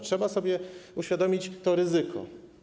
Trzeba sobie uświadomić to ryzyko.